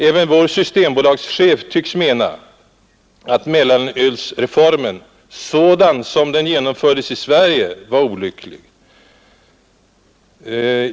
Även vår systembolagschef tycks mena att mellanölsreformen, sådan som den genomfördes i Sverige, var olycklig.